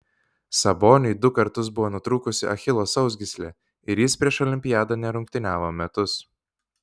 saboniui du kartus buvo nutrūkusi achilo sausgyslė ir jis prieš olimpiadą nerungtyniavo metus